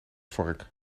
vork